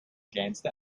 kleinste